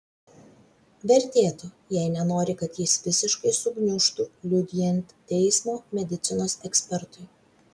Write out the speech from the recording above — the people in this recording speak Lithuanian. vertėtų jei nenori kad jis visiškai sugniužtų liudijant teismo medicinos ekspertui